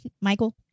Michael